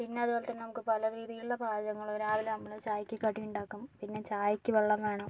പിന്നെ അത് പോലെ തന്നെ നമുക്ക് പല രീതിയിലുള്ള പാചകങ്ങള് രാവിലെ നമുക്ക് ചായയ്ക്ക് കടിയുണ്ടാക്കും പിന്നെ ചായക്ക് വെള്ളം വേണം